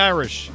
Irish